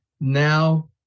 Now